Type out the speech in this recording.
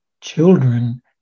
children